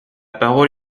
parole